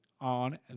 on